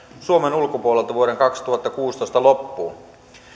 suomen ulkopuolelta vuoden kaksituhattakuusitoista loppuun